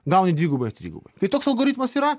gauni dvigubai ar trigubai kai toks algoritmas yra